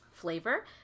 Flavor